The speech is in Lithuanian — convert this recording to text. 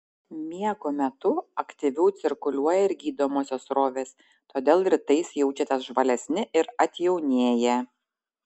miego metu aktyviau cirkuliuoja ir gydomosios srovės todėl rytais jaučiatės žvalesni ir atjaunėję